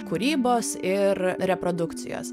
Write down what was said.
kūrybos ir reprodukcijos